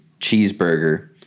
Cheeseburger